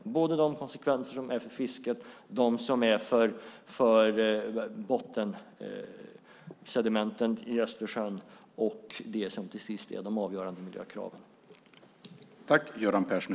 Vi ser till konsekvenser både för fisket och för bottensedimenten i Östersjön, och vi ser till det som till sist är de avgörande miljökraven.